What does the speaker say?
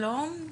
שלום,